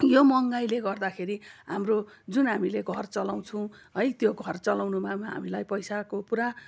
यो महँगाइले गर्दाखेरि हाम्रो जुन हामीले घर चलाउछौँ है त्यो घर चलाउनुमा हामीलाई पैसाको पुरा